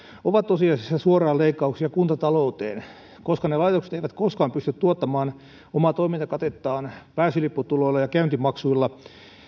ovat tosiasiassa leikkauksia suoraan kuntatalouteen koska ne laitokset eivät koskaan pysty tuottamaan omaa toimintakatettaan pääsylipputuloilla ja käyntimaksuilla